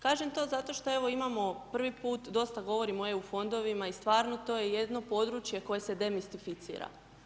Kažem to zato što, evo imamo prvi put, dosta govorimo o EU fondovima i stvarno to je jedno područje koje se demistificira.